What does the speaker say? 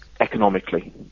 economically